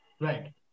Right